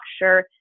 sure